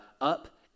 up